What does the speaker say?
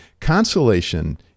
consolation